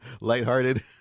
Lighthearted